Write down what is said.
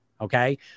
Okay